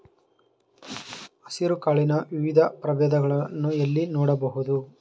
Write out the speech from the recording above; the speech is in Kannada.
ಹೆಸರು ಕಾಳಿನ ವಿವಿಧ ಪ್ರಭೇದಗಳನ್ನು ಎಲ್ಲಿ ನೋಡಬಹುದು?